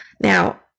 Now